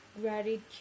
gratitude